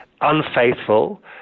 unfaithful